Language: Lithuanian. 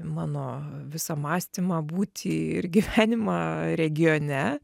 mano visą mąstymą būtį ir gyvenimą regione